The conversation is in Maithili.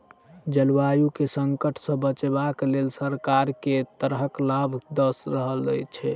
जलवायु केँ संकट सऽ बचाबै केँ लेल सरकार केँ तरहक लाभ दऽ रहल छै?